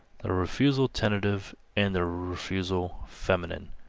the refusal tentative and the refusal feminine.